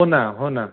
हो ना हो ना